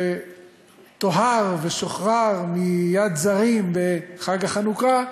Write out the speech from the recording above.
שטוהר ושוחרר מיד זרים בחג החנוכה,